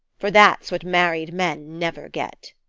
for that's what married men never get.